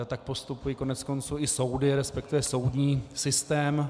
Tak postupují koneckonců i soudy, resp. soudní systém.